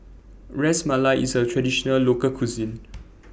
Ras Malai IS A Traditional Local Cuisine